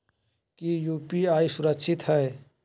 की यू.पी.आई सुरक्षित है?